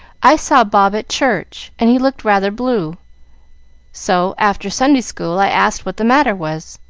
i saw bob at church, and he looked rather blue so, after sunday school, i asked what the matter was.